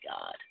god